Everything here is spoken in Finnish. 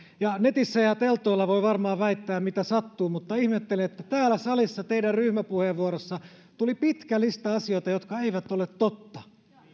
ja netissä ja teltoilla voi varmaan väittää mitä sattuu mutta ihmettelen että täällä salissa teidän ryhmäpuheenvuorossanne tuli pitkä lista asioita jotka eivät ole totta